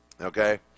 Okay